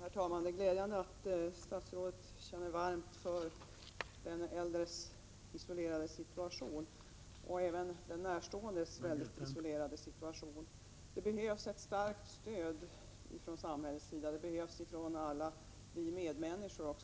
Herr talman! Det är glädjande att statsrådet känner varmt för den äldres och även den närståendes mycket isolerade situation. Det behövs ett starkt stöd från samhällets sida. Och det behövs även ett starkt stöd från alla oss medmänniskor